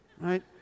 Right